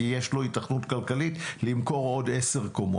כי יש לו היתכנות כלכלית למכור עוד עשר קומות.